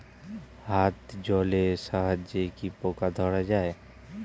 হাত জলের সাহায্যে কি পোকা ধরা যায়?